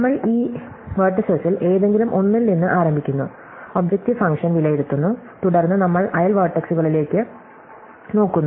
നമ്മൾ ഈ വെർടിസെസ്സിൽ ഏതെങ്കിലും ഒന്നിൽ നിന്ന് ആരംഭിക്കുന്നു ഒബ്ജക്ടീവ് ഫംഗ്ഷൻ വിലയിരുത്തുന്നു തുടർന്ന് നമ്മൾ അയൽ വെർടെക്സുകളിലേക്ക് നോക്കുന്നു